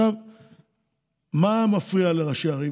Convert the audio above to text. מה מפריע לראשי הערים?